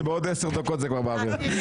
שבעוד עשר דקות זה כבר יהיה באוויר.